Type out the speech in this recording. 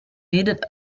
needed